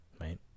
right